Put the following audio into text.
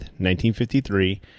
1953